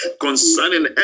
concerning